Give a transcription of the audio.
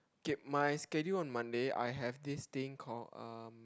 okay my schedule on Monday I have this thing called um